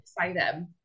excited